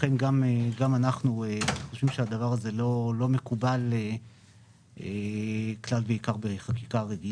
גם אנחנו חושבים שהדבר הזה לא מקובל כלל ועיקר בחקיקה רגילה.